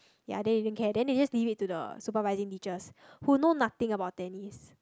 ya then they didn't care then they just leave it to the supervising teachers who know nothing about tennis